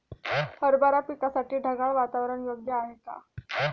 हरभरा पिकासाठी ढगाळ वातावरण योग्य आहे का?